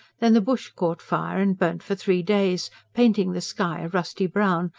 then the bush caught fire and burnt for three days, painting the sky a rusty brown,